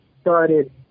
started